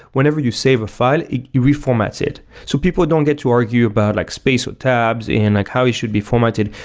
whenever you save a file, it reformats it. so people don't get to argue about like space with tabs and like how it should be formatted,